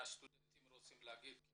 סטודנטים רוצים להגיב?